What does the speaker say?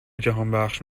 جهانبخش